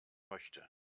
möchte